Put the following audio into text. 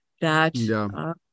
That-